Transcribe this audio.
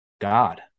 God